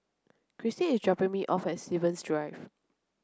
Krystin is dropping me off at Stevens Drive